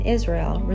Israel